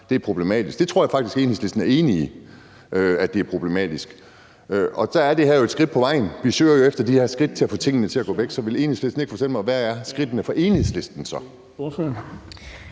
det er problematisk. Det tror jeg faktisk Enhedslisten er enige i, altså at det er problematisk – og så er det her jo et skridt på vejen. Vi søger jo efter de her skridt til at få tingene til at gå væk. Så vil Enhedslisten ikke fortælle mig, hvad skridtene for Enhedslisten så